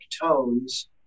tones